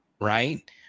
right